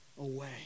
away